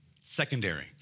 secondary